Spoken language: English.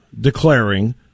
declaring